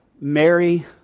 Mary